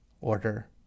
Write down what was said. order